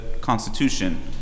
Constitution